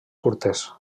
curtes